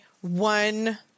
one